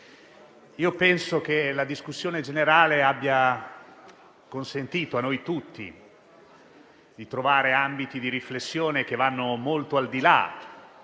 penso che la discussione generale abbia consentito a noi tutti di trovare ambiti di riflessione che vanno molto al di là